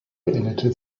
beendete